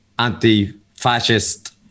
anti-fascist